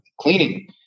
cleaning